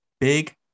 Big